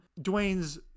Dwayne's